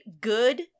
good